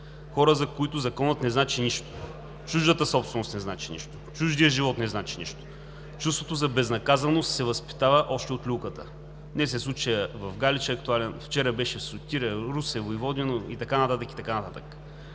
хора, за които законът не значи нищо, чуждата собственост не значи нищо, чуждият живот не значи нищо, чувството за безнаказаност се възпитава още от люлката. Днес е актуален случаят в Галиче, вчера беше в Сотиря, Русе, Войводино и така нататък,